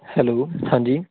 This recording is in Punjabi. ਹੈਲੋ ਹਾਂਜੀ